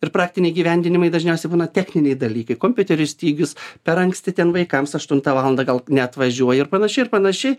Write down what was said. ir praktiniai įgyvendinimai dažniausiai būna techniniai dalykai kompiuterių stygius per anksti ten vaikams aštuntą valandą gal neatvažiuoja ir panašiai ir panašiai